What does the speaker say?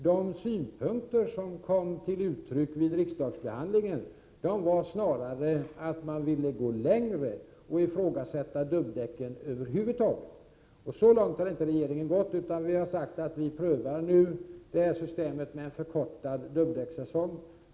De synpunkter som kom till uttryck vid riksdagsbehandlingen var snarare att man ville gå längre och ifrågasätta dubbdäcken över huvud taget. Så långt har inte regeringen gått, utan vi har sagt att vi prövar nu systemet med en förkortad dubbdäckssäsong.